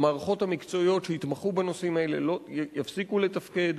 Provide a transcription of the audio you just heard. המערכות המקצועיות שיתמחו בנושאים האלה יפסיקו לתפקד.